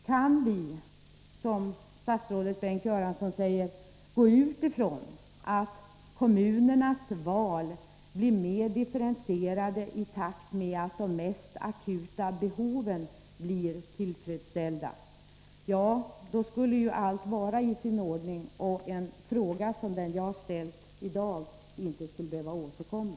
Kan vi, som statsrådet säger, utgå ifrån att kommunernas val blir mer differentierade i takt med att de mest akuta behoven blir tillfredsställda? Ja, då skulle ju allt vara i sin ordning och en fråga som den jag ställt inte behöva återkomma.